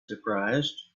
surprised